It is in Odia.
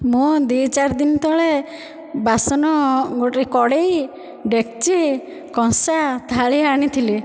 ମୁଁ ଦି ଚାରିଦିନ ତଳେ ବାସନ ଗୋଟେ କଡ଼େଇ ଡେକ୍ଚି କଂସା ଥାଳି ଆଣିଥିଲି